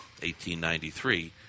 1893